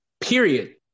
Period